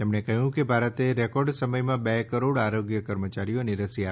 તેમણે કહ્યું કે ભારતે રેકોર્ડ સમયમાં બે કરોડ આરોગ્ય કર્મચારીઓને રસી આપી છે